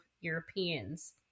Europeans